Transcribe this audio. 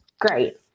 Great